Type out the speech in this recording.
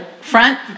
front